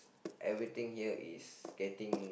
every thing here is getting